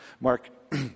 Mark